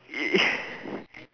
uh